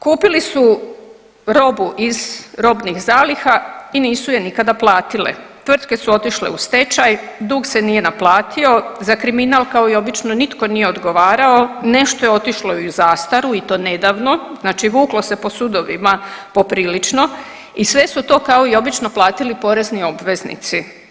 Kupili su robu iz robnih zaliha i nisu je nikada platile, tvrtke su otišle u stečaj, dug se nije naplati, za kriminal kao i obično nitko nije odgovarao, nešto je otišlo i u zastaru i to nedavno, znači vuklo se po sudovima poprilično i sve su to kao i obično platili porezni obveznici.